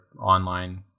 online